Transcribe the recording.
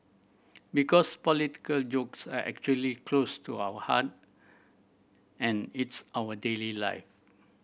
because political jokes are actually close to our heart and it's our daily life